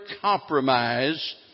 compromise